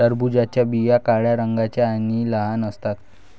टरबूजाच्या बिया काळ्या रंगाच्या आणि लहान असतात